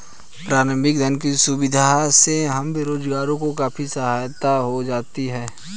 प्रारंभिक धन की सुविधा से हम बेरोजगारों की काफी सहायता हो जाती है